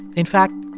in fact,